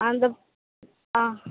அந்த ஆ